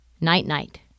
Night-night